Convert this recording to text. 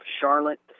Charlotte